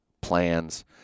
plans